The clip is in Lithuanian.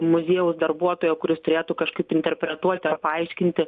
muziejaus darbuotojo kuris turėtų kažkaip tai interpretuoti paaiškinti